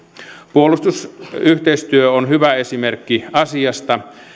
puolustusyhteistyö on hyvä esimerkki asiasta